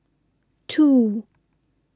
two